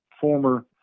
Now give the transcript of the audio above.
former